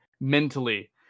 mentally